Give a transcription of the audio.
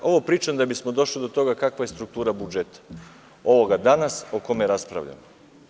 Ovo pričam da bismo došli do toga kakva je struktura budžeta, ovoga danas o kome raspravljamo.